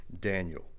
Daniel